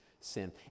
sin